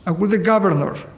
ah with the governor,